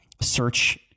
search